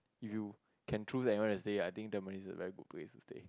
you can anywhere to stay I think tamppines is a very good place to stay